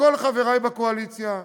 לכל חברי בקואליציה,